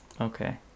okay